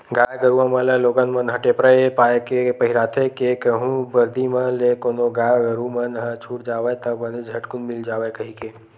गाय गरुवा मन ल लोगन मन ह टेपरा ऐ पाय के पहिराथे के कहूँ बरदी म ले कोनो गाय गरु मन ह छूट जावय ता बने झटकून मिल जाय कहिके